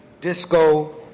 Disco